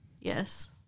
Yes